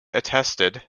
attested